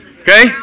Okay